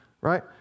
right